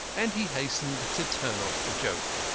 and he hastened to turn off the joke.